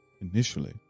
initially